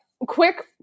Quick